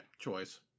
choice